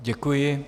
Děkuji.